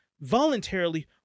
voluntarily